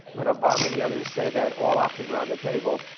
when obama and the others say that all options are on the table,